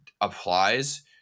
applies